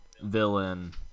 villain